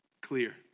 Clear